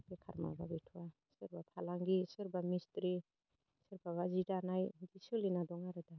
बेखार माबा गैथ'आ सोरबा फालांगि सोरबा मिस्थ्रि सोरबाबा जि दानाय इदि सोलिना दं आरो दा